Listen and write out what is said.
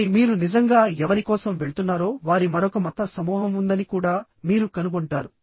ఆపై మీరు నిజంగా ఎవరి కోసం వెళ్తున్నారో వారి మరొక మత సమూహం ఉందని కూడా మీరు కనుగొంటారు